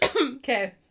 Okay